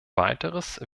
weiteres